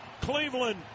Cleveland